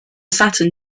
saturn